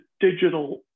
digital